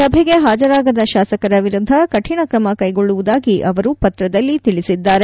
ಸಭೆಗೆ ಹಾಜರಾಗದ ಶಾಸಕರ ವಿರುದ್ದ ಕರಿಣ ಕ್ರಮ ಕೈಗೊಳ್ಳುವುದಾಗಿ ಅವರು ಪತ್ರದಲ್ಲಿ ತಿಳಿಸಿದ್ದಾರೆ